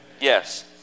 Yes